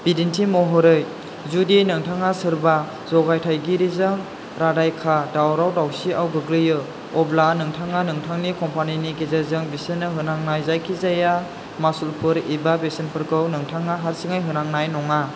बिदिन्थि महरै जुदि नोंथाङा सोरबा जगायथायगिरिजों रादाइखा दावराव दावसियाव गोग्लैयो अब्ला नोंथाङा नोंथांनि कम्पानिनि गेजेरजों बिसोरनो होनांनाय जायखि जाया मासुलफोर एबा बेसेनफोरखौ नोंथाङा हारसिङै होनांनाय नङा